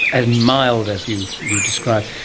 as mild as you you describe.